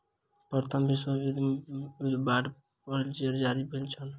प्रथम विश्व युद्ध मे युद्ध बांड पहिल बेर जारी भेल छल